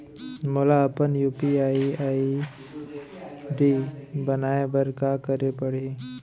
मोला अपन UPI ID बनाए बर का करे पड़ही?